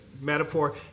metaphor